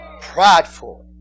Prideful